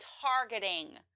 targeting